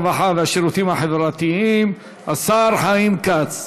הרווחה והשירותים החברתיים חיים כץ.